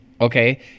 Okay